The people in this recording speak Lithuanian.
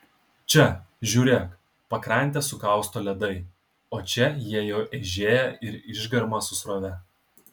čia žiūrėk pakrantę sukausto ledai o čia jie jau eižėja ir išgarma su srove